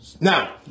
Now